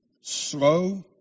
Slow